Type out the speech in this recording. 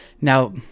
Now